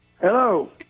Hello